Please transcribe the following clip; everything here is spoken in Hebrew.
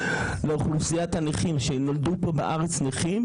לאוכלוסיית הנכים שנולדו נכים,